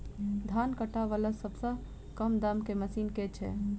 धान काटा वला सबसँ कम दाम केँ मशीन केँ छैय?